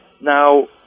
Now